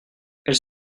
elles